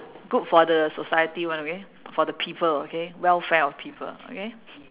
good for the society [one] okay for the people okay welfare of people okay